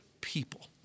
people